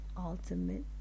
ultimate